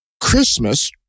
Christmas